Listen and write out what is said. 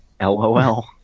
LOL